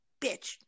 bitch